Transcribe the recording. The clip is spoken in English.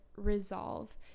resolve